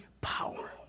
power